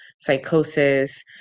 psychosis